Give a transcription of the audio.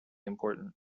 important